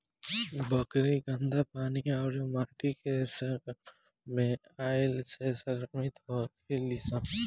बकरी गन्दा पानी अउरी माटी के सम्पर्क में अईला से संक्रमित होली सन